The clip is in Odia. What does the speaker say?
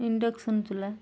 ଇଣ୍ଡକ୍ସନ ଚୁଲା